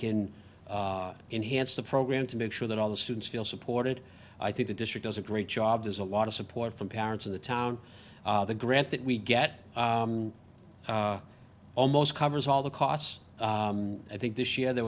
can enhance the program to make sure that all the students feel supported i think the district does a great job there's a lot of support from parents in the town the grant that we get almost covers all the costs i think this year there